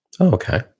okay